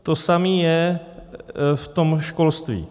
To samé je v tom školství.